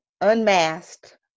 Unmasked